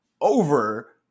over